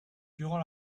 durant